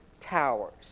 towers